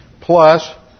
plus